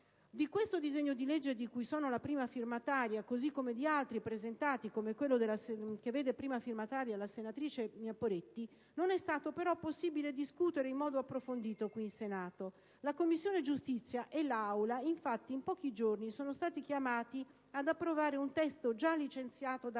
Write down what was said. Di questo disegno di legge, di cui sono la prima firmataria, così come di altri presentati, come quello che vede prima firmataria la senatrice Poretti, non è stato però possibile svolgere una discussione in modo approfondito qui in Senato. La Commissione giustizia e l'Aula, infatti, in pochi gironi sono state chiamate ad approvare un testo già licenziato